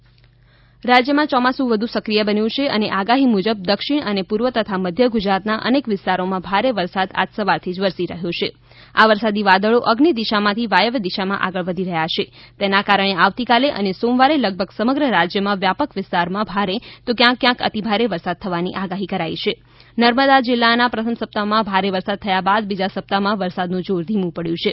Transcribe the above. વરસાદ રાજ્યમાં ચોમાસુ વધુ સંક્રિય બન્યું છે અને આગાહી મુજબ દક્ષિણ અને પૂર્વ તથા મધ્યગુજરાતના અનેક વિસ્તારોમાં ભારે વરસાદ આજ સવારથી જ વરસી રહ્યો છે આ વરસાદી વાદળો અઝ્નિ દિશામાંથી વાયવ્ય દિશામાં આગળ વધી રહ્યાં છે તેના કારણે આવતીકાલે અને સોમવારે લગભગ સમગ્ર રાજ્યમાં વ્યાપક વિસ્તારોમાં ભારે તો ક્યાંક ક્યાંક અતિભારે વરસાદ થવાની આગાહી કરાઈ છે નર્મદાના જિલ્લામાં પ્રથમ સપ્તાહમાં ભારે વરસાદ થયા બાદ બીજા સપ્તાહમાં વરસાદનું જોર ધીમું પડયું છે